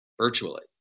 virtually